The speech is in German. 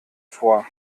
vor